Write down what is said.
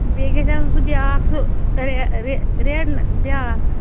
بیٚیہِ گَژھِ آسُن سُہ بیٛاکھ سُہ رٮ۪ڈ بیٛاکھ